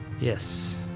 Yes